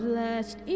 last